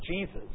Jesus